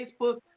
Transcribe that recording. Facebook